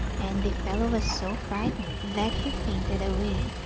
and the fellow was so frightened that he fainted away.